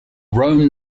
rome